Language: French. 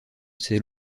ses